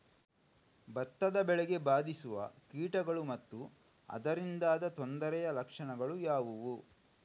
ಭತ್ತದ ಬೆಳೆಗೆ ಬಾರಿಸುವ ಕೀಟಗಳು ಮತ್ತು ಅದರಿಂದಾದ ತೊಂದರೆಯ ಲಕ್ಷಣಗಳು ಯಾವುವು?